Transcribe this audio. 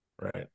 Right